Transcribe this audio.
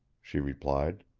she replied.